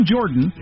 Jordan